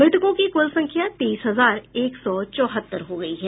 मृतकों की कुल संख्या तेईस हजार एक सौ चौहत्तर हो गई है